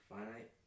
Finite